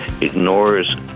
ignores